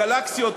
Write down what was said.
יצר את הגלקסיות,